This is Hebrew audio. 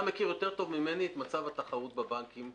אתה מכיר טוב ממני את מצב התחרות בבנקים,